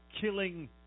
killing